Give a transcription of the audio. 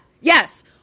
yes